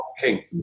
King